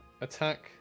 attack